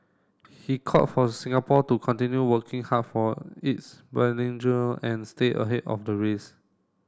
he called for Singapore to continue working hard for its and stay ahead of the race